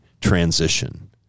transition